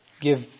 give